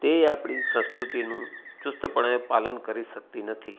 તે આપણી સંસ્કૃતિનું ચુસ્તપણે પાલન કરી શકતી નથી